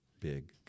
big